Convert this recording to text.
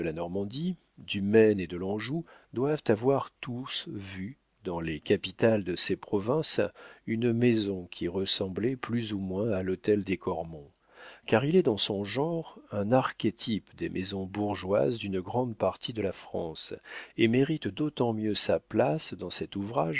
la normandie du maine et de l'anjou doivent avoir tous vu dans les capitales de ces provinces une maison qui ressemblait plus ou moins à l'hôtel des cormon car il est dans son genre un archétype des maisons bourgeoises d'une grande partie de la france et mérite d'autant mieux sa place dans cet ouvrage